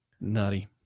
Nutty